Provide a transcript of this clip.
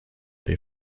they